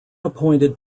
appointed